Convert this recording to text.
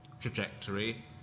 trajectory